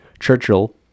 Churchill